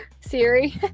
Siri